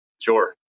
sure